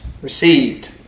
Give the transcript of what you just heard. Received